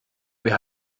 wer